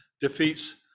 defeats